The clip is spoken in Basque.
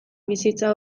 bizitza